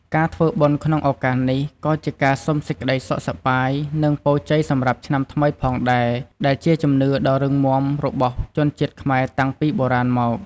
ការធ្វើបុណ្យក្នុងឱកាសនេះ ក៏ជាការសុំសេចក្តីសុខសប្បាយ និងពរជ័យសម្រាប់ឆ្នាំថ្មីផងដែរ ដែលជាជំនឿដ៏រឹងមាំរបស់ជនជាតិខ្មែរតាំងពីបុរាណមក។